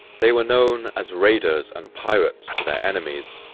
they were known as raiders and pirates to their enemies,